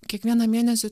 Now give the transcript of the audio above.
kiekvieną mėnesį